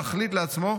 תכלית לעצמו,